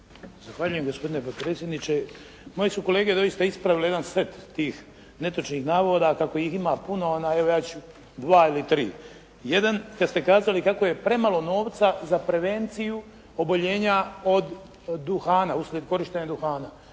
Zahvaljujem gospodine potpredsjedniče. Moji su kolege doista ispravili jedan set tih netočnih navoda. Kako ih ima puno ja ću dva ili tri. Jedan kad ste kazali kako je premalo novca za prevenciju oboljenja od duhana, uslijed korištenja duhana.